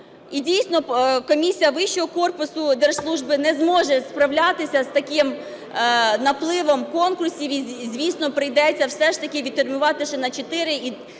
і, дійсно, Комісія вищого корпусу держслужби не зможе справлятися з таким напливом конкурсів і, звісно, прийдеться все ж таки відтермінувати ще на